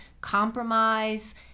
compromise